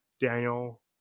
Daniel